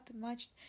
matched